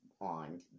on